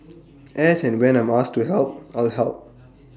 as and when I'm asked to help I'll help